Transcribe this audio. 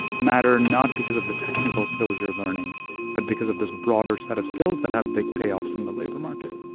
matter not because of the technical skills you're learning but because of this broader set of skills that have big payoffs in the labor market